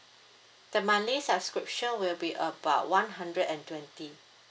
the monthly subscription will be about one hundred and twenty